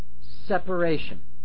separation